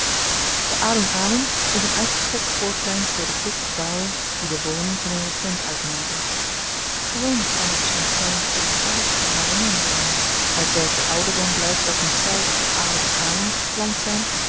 de aloen aloen is n uitgestrekt voorplein voor de groep gebouwen die de woning van n regent uitmaken gewoonlyk staan er op zoo'n plein twee statige waringi boomen uit welker ouderdom blykt dat niet zy op den aloen aloen geplant zyn